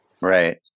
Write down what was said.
Right